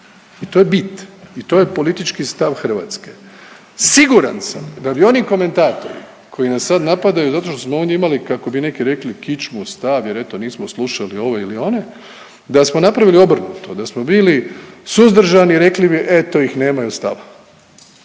I to je bit i to je politički stav Hrvatske. Siguran sam da bi oni komentatori koji nas sad napadaju zato što smo ovdje imali kako bi neki rekli kičmu, stav jer eto nismo slušali ove ili one, da smo napravili obrnuto da smo bili suzdržani rekli bi eto ih nemaju stava.